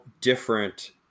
different